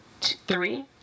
three